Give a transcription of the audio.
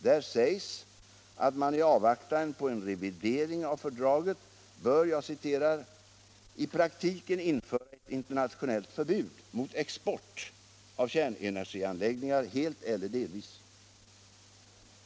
Där sägs att man i avvaktan på en revidering av fördraget bör ”i praktiken införa internationellt förbud mot export av kärnenergianläggningar helt eller delvis”.